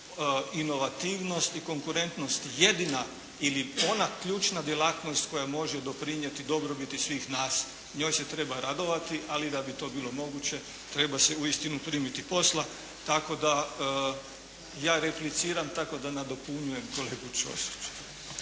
inovativnost i konkurentnost jedina ili ona ključna djelatnost koja može doprinijeti dobrobiti svih nas, njoj se treba radovati ali da bi to bilo moguće treba se uistinu primiti posla tako da ja repliciram, tako da nadopunjujem kolegu Ćosića.